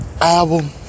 Album